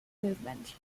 movement